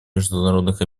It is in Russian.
международных